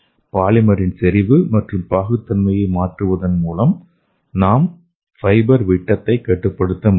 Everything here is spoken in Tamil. பாலிமரின் செறிவு மற்றும் பாகுத்தன்மையை மாற்றுவதன் மூலம் நாம் ஃபைபர் விட்டத்தை கட்டுப்படுத்த முடியும்